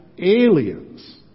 aliens